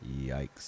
Yikes